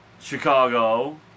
Chicago